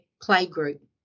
playgroup